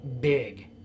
Big